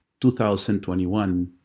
2021